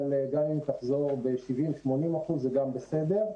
אבל גם אם תחזור ב-80%-70% זה גם בסדר,